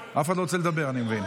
אף אחד לא רוצה לדבר, אני מבין.